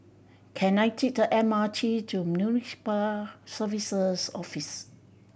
can I take the M R T to Municipal Services Office